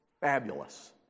fabulous